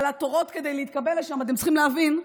התורים כדי להתקבל לשם, אתם צריכים להבין,